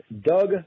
doug